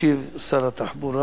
ישיב שר התחבורה.